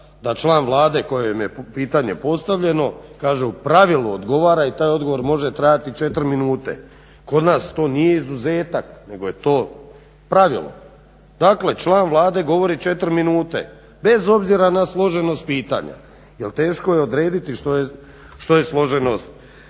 da član Vlade kojem je pitanje postavljeno kaže u pravilu odgovara i taj odgovor može trajati 4 minute. Kod nas to nije izuzetak, nego je to pravilo. Dakle, član Vlade govori 4 minute bez obzira na složenost pitanja. Jer teško je odrediti što je složenost